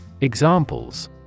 Examples